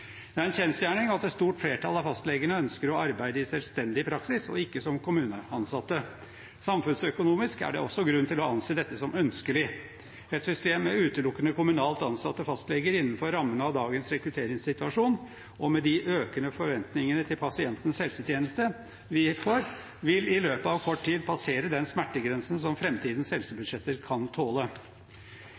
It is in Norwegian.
Det er en kjensgjerning at et stort flertall av fastlegene ønsker å arbeide i selvstendig praksis og ikke som kommuneansatte. Samfunnsøkonomisk er det også grunn til å anse dette som ønskelig. Et system med utelukkende kommunalt ansatte fastleger innenfor rammen av dagens rekrutteringssituasjon og med de økende forventningene til pasientens helsetjeneste vil i løpet av kort tid passere den smertegrensen som framtidens helsebudsjetter kan tåle.